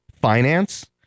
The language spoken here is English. finance